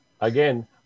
again